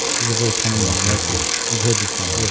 is a very common ah phrase one. you've heard this one.